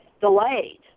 delayed